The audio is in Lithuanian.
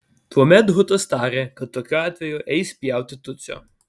tuomet hutas tarė kad tokiu atveju eis pjauti tutsio